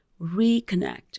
reconnect